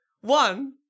one